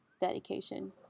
dedication